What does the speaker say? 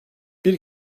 bir